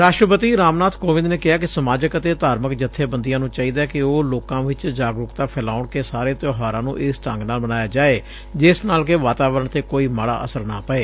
ਰਾਸ਼ਟਰਪਤੀ ਰਾਮਨਾਥ ਕੋਵਿੰਦ ਨੇ ਕਿਹੈ ਕਿ ਸਮਾਜਕ ਅਤੇ ਧਾਰਮਿਕ ਜਥੇਬੰਦੀਆਂ ਨੂੰ ਚਾਹੀਦੈ ਕਿ ਉਹ ਲੋਕਾਂ ਵਿਚ ਜਾਗਰੂਕਤਾ ਫੈਲਾਉਣ ਕਿ ਸਾਰੇ ਤਿਉਹਾਰਾਂ ਨੂੰ ਇਸ ਢੰਗ ਨਾਲ ਮਨਾਇਆ ਜਾਏ ਜਿਸ ਨਾਲ ਕਿ ਵਾਤਾਵਰਣ ਤੇ ਕੋਈ ਮਾੜਾ ਅਸਰ ਨਾ ਪਏ